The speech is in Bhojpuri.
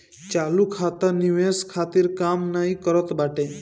चालू खाता निवेश खातिर काम नाइ करत बाटे